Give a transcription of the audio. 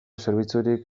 zerbitzurik